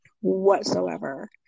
whatsoever